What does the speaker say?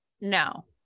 No